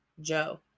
Joe